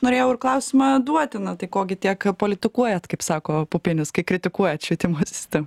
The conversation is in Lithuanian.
norėjau ir klausimą duoti na tai ko gi tiek politikuojat kaip sako pupinis kai kritikuojat švietimo sistem